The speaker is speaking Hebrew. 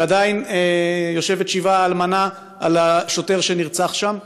כשעדיין יושבת שבעה האלמנה על השוטר שנרצח שם,